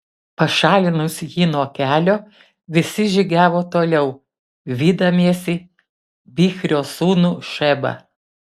pašalinus jį nuo kelio visi žygiavo toliau vydamiesi bichrio sūnų šebą